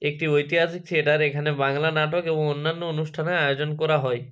একটি ঐতিহাসিক থিয়েটার এখানে বাংলা নাটক এবং অন্যান্য অনুষ্ঠানের আয়োজন করা হয়